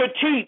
teach